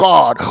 God